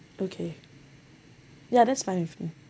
okay ya that's fine with me